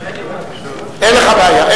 אין לי בעיה.